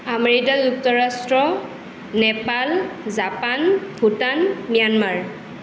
America যুক্তৰাষ্ট্ৰ Nepal Japan Bhutan Myanmar